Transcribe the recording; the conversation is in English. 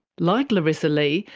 like larisa lee,